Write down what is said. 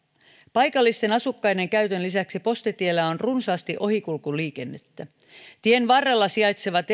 paikallisten asukkaiden käytön lisäksi postitiellä on runsaasti ohikulkuliikennettä erilaiset tien varrella sijaitsevat